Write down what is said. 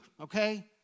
okay